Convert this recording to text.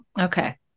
Okay